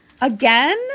again